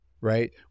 right